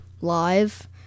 live